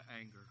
anger